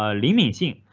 ah limiting.